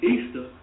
Easter